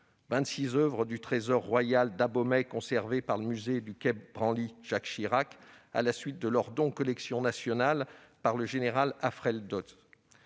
oeuvres du trésor royal d'Abomey, conservées par le musée du quai Branly-Jacques Chirac à la suite de leur don aux collections nationales par le général Alfred Dodds,